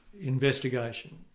investigation